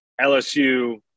LSU